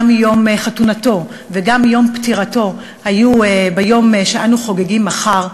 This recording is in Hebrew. גם יום חתונתו וגם יום פטירתו היו ביום שאנו חוגגים מחר,